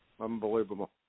Unbelievable